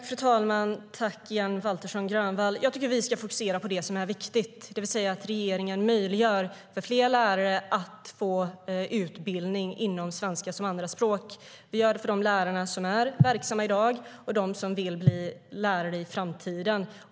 Fru talman! Tack, Camilla Waltersson Grönvall! Jag tycker att vi ska fokusera på det som är viktigt, det vill säga att regeringen möjliggör för fler lärare att få utbildning inom svenska som andraspråk. Vi gör det för de lärare som är verksamma i dag och för dem som vill bli lärare i framtiden.